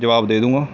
ਜਵਾਬ ਦੇ ਦੂੰਗਾ